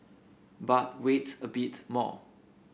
but wait a bit more